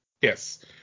Yes